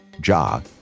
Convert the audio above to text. Jah